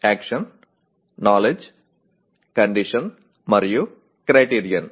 action knowledge condition మరియు criterion